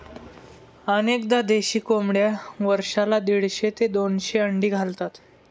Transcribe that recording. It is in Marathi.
अनेकदा देशी कोंबड्या वर्षाला दीडशे ते दोनशे अंडी घालतात